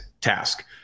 task